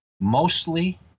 mostly